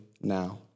now